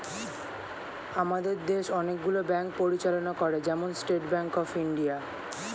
আমাদের দেশ অনেক গুলো ব্যাঙ্ক পরিচালনা করে, যেমন স্টেট ব্যাঙ্ক অফ ইন্ডিয়া